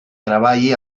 treballi